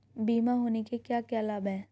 बीमा होने के क्या क्या लाभ हैं?